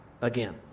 again